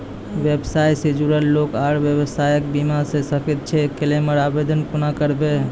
व्यवसाय सॅ जुड़ल लोक आर व्यवसायक बीमा भऽ सकैत छै? क्लेमक आवेदन कुना करवै?